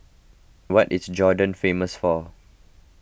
what is Jordan famous for